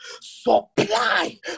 supply